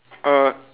uh